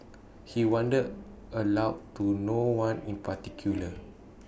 he wondered aloud to no one in particular